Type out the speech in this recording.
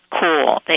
cool